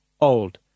old